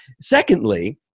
Secondly